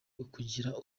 ukugira